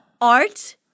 art